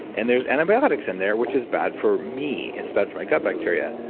and there's antibiotics in there, which is bad for me, it's bad for my gut bacteria.